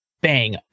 bang